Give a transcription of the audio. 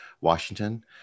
Washington